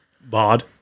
Bod